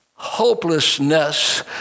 Hopelessness